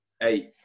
Eight